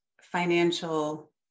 financial